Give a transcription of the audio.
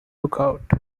lookout